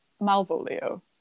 Malvolio